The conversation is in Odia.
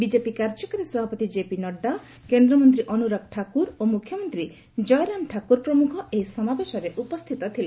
ବିଜେପି କାର୍ଯ୍ୟକାରି ସଭାପତି କେପି ନଡ୍ଯା କେନ୍ଦ୍ରମନ୍ତ୍ରୀ ଅନୁରାଗ ଠାକୁର ଓ ମୁଖ୍ୟମନ୍ତ୍ରୀ ଜୟରାମ ଠାକୁର ପ୍ରମ୍ରଖ ଏହି ସମାବେଶରେ ଉପସ୍ଥିତ ଥିଲେ